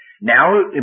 Now